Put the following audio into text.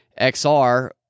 XR